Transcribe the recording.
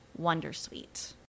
wondersuite